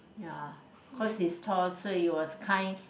ya cause he's tall so it was kind